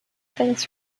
things